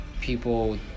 people